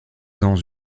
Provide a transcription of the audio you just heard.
dans